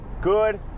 good